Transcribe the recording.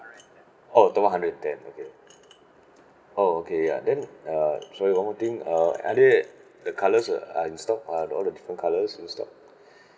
oh top up hundred and ten okay oh okay ya then uh sorry one more thing uh are there the colours are in stock are all the different colours in stock